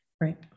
right